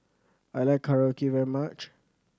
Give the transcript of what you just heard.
I like Korokke very much